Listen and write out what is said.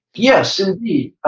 yes, indeed.